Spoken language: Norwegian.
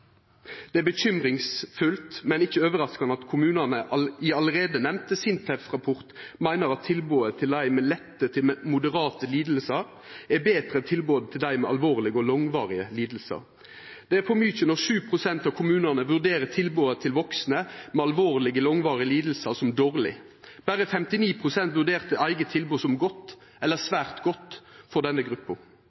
Det er bekymringsfullt, men ikke overraskende at kommunene i den allerede nevnte SINTEF-rapporten mener at tilbudet til dem med lette til moderate lidelser er bedre enn tilbudet til dem med alvorlige og langvarige lidelser. Det er for mye når 7 pst. av kommunene vurderer tilbudet til voksne med alvorlige, langvarige lidelser som dårlig. Bare 59 pst. vurderte eget tilbud som godt eller svært godt for denne